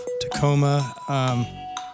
Tacoma